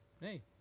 hey